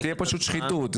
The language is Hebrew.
תהיה פשוט שחיתות,